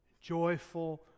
joyful